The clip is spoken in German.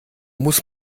muss